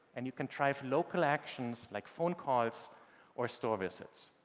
and you can drive local actions like phone calls or store visits.